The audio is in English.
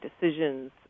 decisions